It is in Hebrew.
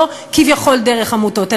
לא "כביכול דרך עמותות",